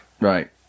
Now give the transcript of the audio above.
right